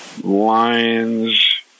Lions